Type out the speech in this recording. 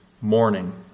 morning